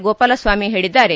ಗೋಪಾಲಸ್ವಾಮಿ ಹೇಳಿದ್ದಾರೆ